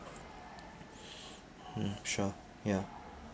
hmm sure ya